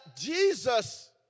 Jesus